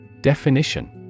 Definition